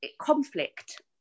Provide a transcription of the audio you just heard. conflict